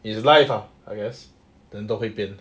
is life ah I guess 人都会变的